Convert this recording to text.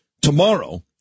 tomorrow